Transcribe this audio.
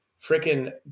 freaking